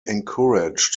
encouraged